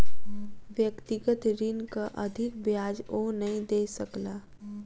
व्यक्तिगत ऋणक अधिक ब्याज ओ नै दय सकला